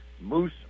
moose